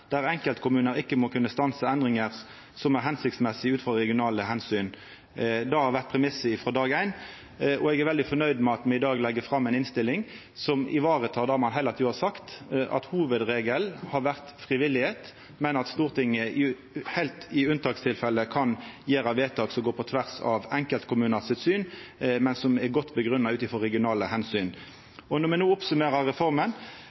der enkeltkommuner ikke må kunne stanse endringer som er hensiktsmessige ut fra regionale hensyn.» Det har vore premissen frå dag éin, og eg er veldig fornøgd med at me i dag legg fram ei innstilling som varetek det me heile tida har sagt, at hovudregelen har vore frivilligheit, men at Stortinget i unntakstilfelle kan gjera vedtak som går på tvers av enkeltkommunar sitt syn, men som er godt grunngjevne ut frå regionale omsyn. Når me no oppsummerer reforma,